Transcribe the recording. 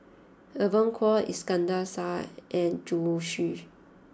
Evon Kow Iskandar Shah and Zhu Xu